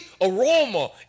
aroma